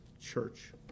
church